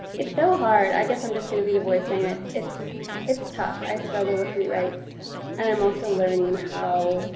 it's so hard, i guess i'm just gonna be the voice and it's it's it's tough. i struggle with rewrites and i'm also learning how,